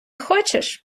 хочеш